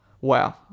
Wow